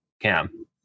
Cam